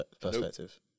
perspective